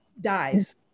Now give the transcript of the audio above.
dies